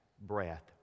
breath